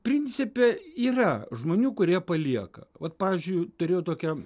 principe yra žmonių kurie palieka vat pavyzdžiui turėjau tokią